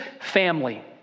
family